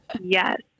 Yes